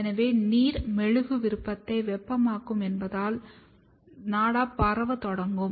எனவே நீர் மெழுகு விருப்பத்தை வெப்பமாக்கும் என்பதால் நாடா பரவத் தொடங்கும்